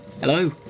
Hello